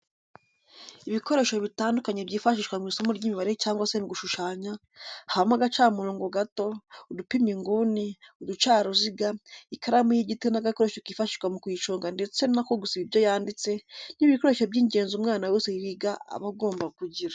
Ibikoresho bitandukanye byifashishwa mu isomo ry'imibare cyangwa se mu gushushanya habamo agacamurongo gato, udupima inguni, uducaruziga, ikaramu y'igiti n'agakoresho kifashishwa mu kuyiconga ndetse n'ako gusiba ibyo yanditse, ni ibikoresho by'ingenzi umwana wese wiga aba agomba kugira.